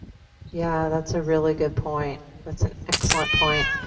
yeah, that's a really good point. that's an excellent point.